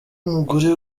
umugore